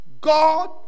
God